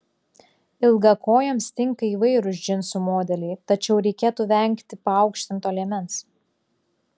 ilgakojėms tinka įvairūs džinsų modeliai tačiau reikėtų vengti paaukštinto liemens